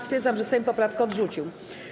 Stwierdzam, że Sejm poprawkę odrzucił.